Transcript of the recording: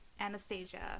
Anastasia